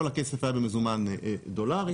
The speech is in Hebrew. כל הכסף היה במזומן דולרי.